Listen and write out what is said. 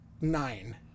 nine